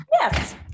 yes